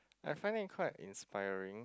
I find it quite inspiring